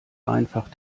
einfach